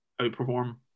outperform